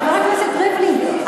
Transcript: חבר הכנסת ריבלין,